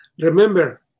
Remember